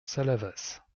salavas